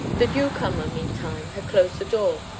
the newcomer, meantime, had closed the door,